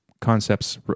concepts